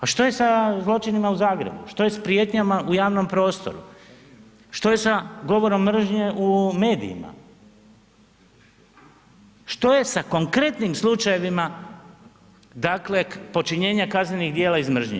A što je sa zločinima u Zagrebu, što je s prijetnjama u javnom prostoru, što je sa govorom mržnje u medijima, što je sa konkretnim slučajevima dakle počinjenja kaznenih djela iz mržnje?